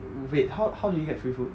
wait how how did he get free food